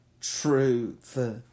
truth